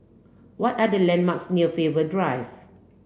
what are the landmarks near Faber Drive